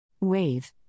Wave